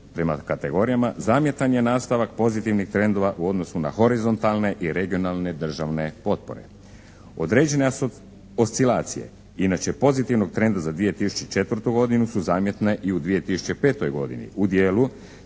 prema kategorijama zamjetan je nastavak pozitivnih trendova u odnosu na horizontalne i regionalne državne potpore. Određene oscilacije inače pozitivnog trenda za 2004. godinu su zamjetne i u 2005. godini u dijelu